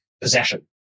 possession